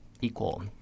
equal